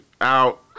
Out